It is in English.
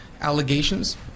allegations